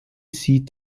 seat